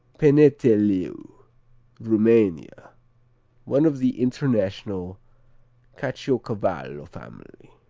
peneteleu rumania one of the international caciocavallo family.